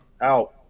Out